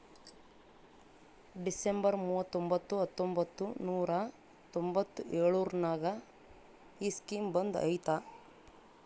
December ಮೂವತೊಂಬತ್ತು ಹತ್ತೊಂಬತ್ತು ನೂರಾ ತೊಂಬತ್ತು ಎಳುರ್ನಾಗ ಈ ಸ್ಕೀಮ್ ಬಂದ್ ಐಯ್ತ